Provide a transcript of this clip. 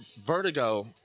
Vertigo